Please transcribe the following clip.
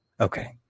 Okay